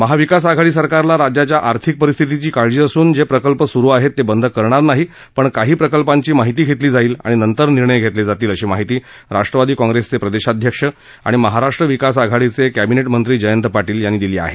महाविकास आघाडी सरकारला राज्याच्या आर्थिक परिस्थितीची काळजी असून जे प्रकल्प सुरू आहेत ते बंद करणार नाही पण काही प्रकल्पांची माहिती घेतली जाईल आणि नंतर निर्णय घेतले जातील अशी माहिती राष्ट्रवादी काँग्रेसचे प्रदेशाध्यक्ष आणि महाराष्ट्र विकास आघाडीचे कबिनेट मंत्री जयंत पाटील यांनी दिली आहे